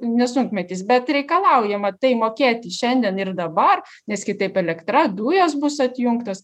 nesunkmetis bet reikalaujama tai mokėti šiandien ir dabar nes kitaip elektra dujos bus atjungtos